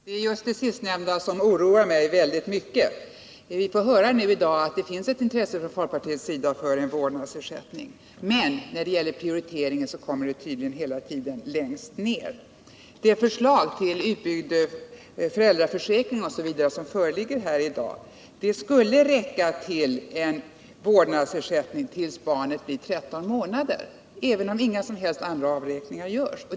Herr talman! Det är det sistnämnda som oroar mig. Vi får i dag höra att det finns ett intresse från folkpartiets sida för en vårdnadsersättning. Men när man gör prioriteringen kommer den hela tiden längst ned på listan. Det förslag till utbyggd föräldraförsäkring som föreligger här i dag skulle räcka till en vårdnadsersättning tills barnet är 13 månader, även om inga som helst andra avräkningar görs.